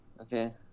Okay